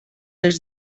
els